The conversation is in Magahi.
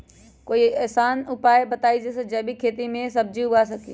कोई आसान उपाय बताइ जे से जैविक खेती में सब्जी उगा सकीं?